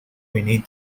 vinnie